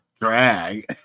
drag